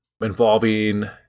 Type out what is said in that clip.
involving